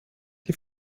die